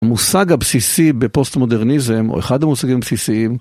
המושג הבסיסי בפוסט-מודרניזם, או אחד המושגים הבסיסיים